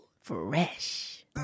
Fresh